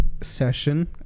session